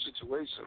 situation